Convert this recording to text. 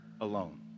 alone